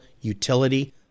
Utility